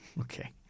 Okay